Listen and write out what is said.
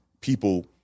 people